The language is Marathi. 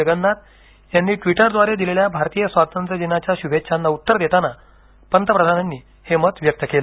जगन्नाथ यांनी ट्विटरद्वारे दिलेल्या भारतीय स्वातंत्र्यदिनाच्या शुभेच्छाना उत्तर देताना पंतप्रधानांनी हे मत व्यक्त केलं